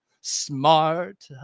smart